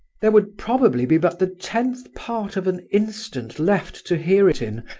there would probably be but the tenth part of an instant left to hear it in,